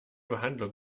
behandlung